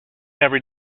every